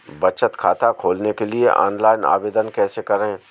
बचत खाता खोलने के लिए ऑनलाइन आवेदन कैसे करें?